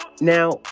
Now